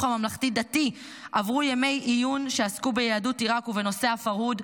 הממלכתי-דתי עברו ימי עיון שעסקו ביהדות עיראק ובנושא הפרהוד.